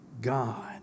God